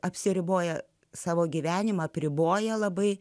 apsiriboja savo gyvenimą apriboja labai